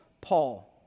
Paul